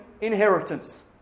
inheritance